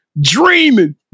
dreaming